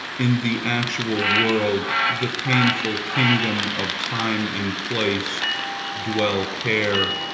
in the actual world the painful kingdom of time and place dwell care,